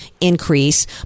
increase